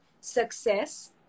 success